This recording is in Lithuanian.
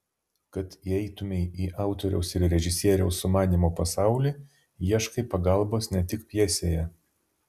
kad įeitumei į autoriaus ir režisieriaus sumanymo pasaulį ieškai pagalbos ne tik pjesėje